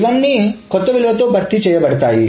ఇవన్నీ కొత్త విలువలతో భర్తీ చేయబడతాయి